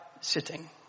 sitting